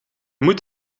moet